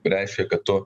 reiškia kad tu